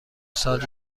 سال